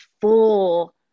full